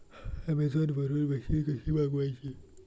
Amazon वरन machine कशी मागवची?